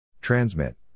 Transmit